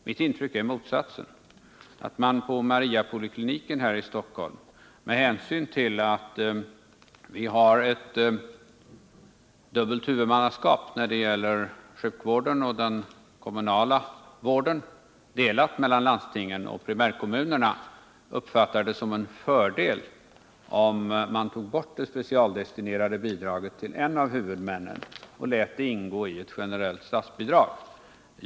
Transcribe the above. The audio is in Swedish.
Mitt intryck är det motsatta, att man på Mariapolikliniken här i Stockholm — med hänsyn till att vi har ett dubbelt huvudmannaskap när det gäller sjukvården och den kommunala vården, delat mellan landsting och primärkommuneruppfattar det som en fördel om vi tog bort det specialdestinerade bidraget till en av huvudmännen och lät det ingå i ett generellt statsbidrag.